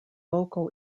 vocal